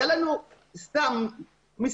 סתם לדוגמה,